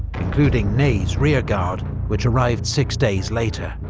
including ney's rearguard, which arrived six days later.